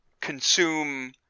consume